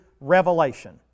Revelation